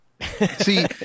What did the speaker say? See